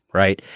right.